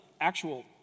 actual